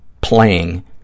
playing